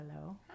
hello